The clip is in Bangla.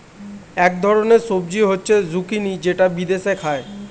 এক ধরনের সবজি হচ্ছে জুকিনি যেটা বিদেশে খায়